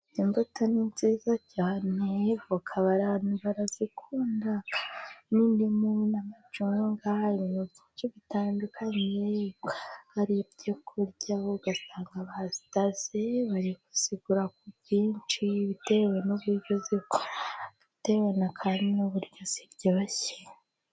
Imbuto ni nziza cyane，voka abantu barazikunda n'indimu， n'amacunga， byinshi bitandukanye ari ibyoku kurya， ugasanga bazitaze， bari kuzigura ku bwinshi， bitewe n'uburyo zikora，bitewe kandi n'uburyo ziryoshye.